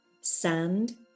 sand